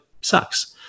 sucks